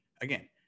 Again